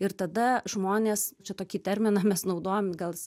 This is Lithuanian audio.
ir tada žmonės čia tokį terminą mes naudojam gal jis